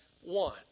one